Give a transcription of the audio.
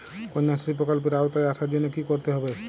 কন্যাশ্রী প্রকল্পের আওতায় আসার জন্য কী করতে হবে?